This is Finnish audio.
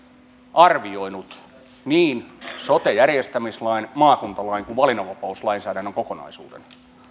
arvioinut niin sote järjestämislain maakuntalain kuin valinnanvapauslainsäädännön kokonaisuuden